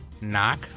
Knock